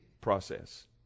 process